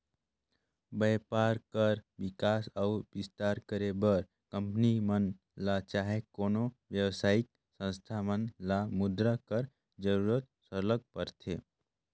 बयपार कर बिकास अउ बिस्तार करे बर कंपनी मन ल चहे कोनो बेवसायिक संस्था मन ल मुद्रा कर जरूरत सरलग परथे